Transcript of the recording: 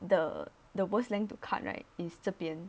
the the worst length to cut right is 这边